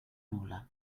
nul·la